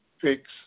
fix